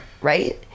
right